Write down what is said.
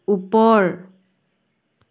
ওপৰ